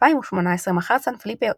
ב-2018 מכר סנפיליפו